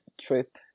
trip